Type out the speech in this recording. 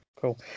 Cool